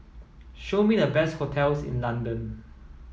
show me the best hotels in London